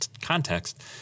context